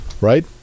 right